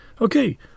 Okay